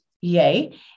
Yay